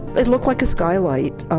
it looked like a skylight. ah